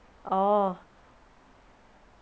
orh